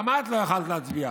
גם את לא יכולת להצביע,